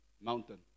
Mountain